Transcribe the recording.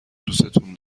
دوستون